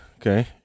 Okay